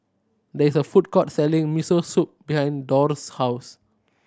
there is a food court selling Miso Soup behind Dorr's house